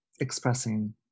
expressing